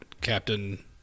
captain